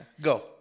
Go